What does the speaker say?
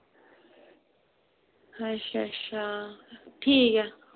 अच्छा अच्छा ठीक ऐ